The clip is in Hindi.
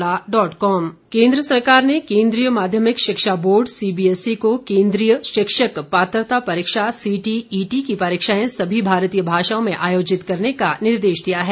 जावड़ेकर सीटीईटी केन्द्र सरकार ने केन्द्रीय माध्यमिक शिक्षा बोर्ड सीबीएसई को केन्द्रीय शिक्षक पात्रता परीक्षा सीटीईटी की परीक्षाएं सभी भारतीय भाषाओं में आयोजित करने का निर्देश दिया है